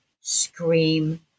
scream